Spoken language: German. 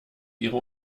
ihre